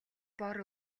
бор